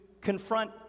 confront